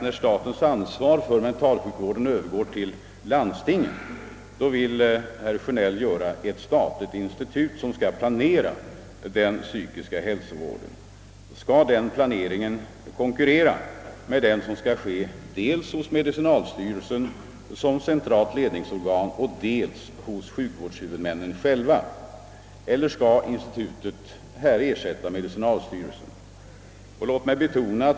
När statens ansvar för mentalsjukvården övergår till landstingen vill herr Sjönell göra ett statligt institut som planerar den psykiska hälsovården. Skall den planeringen konkurrera med den som skall ske dels hos medicinalstyrelsen som centralt ledningsorgan, dels hos sjukvårdens huvudmän själva, eller skall institutet ersätta medicinalstyrelsen?